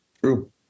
true